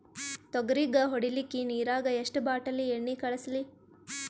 ತೊಗರಿಗ ಹೊಡಿಲಿಕ್ಕಿ ನಿರಾಗ ಎಷ್ಟ ಬಾಟಲಿ ಎಣ್ಣಿ ಕಳಸಲಿ?